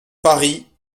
paris